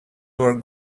were